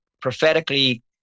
prophetically